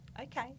okay